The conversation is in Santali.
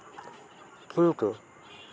ᱠᱤᱱᱛᱤᱩ